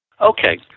Okay